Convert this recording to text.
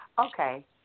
okay